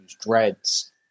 dreads